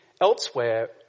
elsewhere